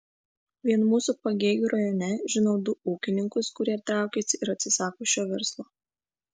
vien mūsų pagėgių rajone žinau du ūkininkus kurie traukiasi ir atsisako šio verslo